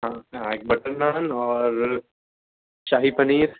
ہاں ایک بٹر نان اور شاہی پنیر